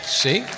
see